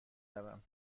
روم